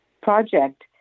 project